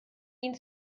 ihn